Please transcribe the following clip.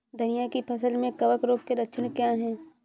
धनिया की फसल में कवक रोग के लक्षण क्या है?